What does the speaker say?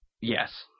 Yes